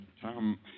Tom